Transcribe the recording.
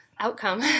outcome